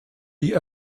die